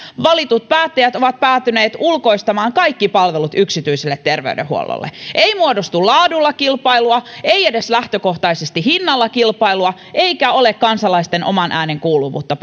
valitut päättäjät ovat pelkästään päätyneet ulkoistamaan kaikki palvelut yksityiselle terveydenhuollolle ei muodostu laadulla kilpailua ei edes lähtökohtaisesti hinnalla kilpailua eikä ole kansalaisten oman äänen kuuluvuutta